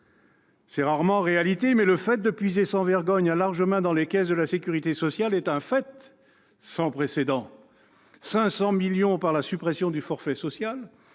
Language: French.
C'est rarement une réalité, mais le fait de puiser sans vergogne, à larges mains dans les caisses de la sécurité sociale est, de fait, sans précédent : 500 millions d'euros par la suppression du forfait social,